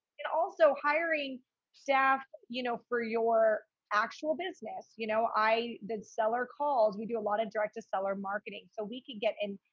and also hiring staff, you know, for your actual business. you know, i did seller calls. we do a lot of direct to seller marketing, so we could get in,